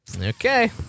Okay